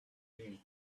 him